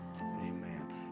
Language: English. Amen